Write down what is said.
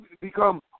become